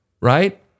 right